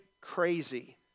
crazy